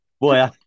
boy